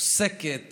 עוסקת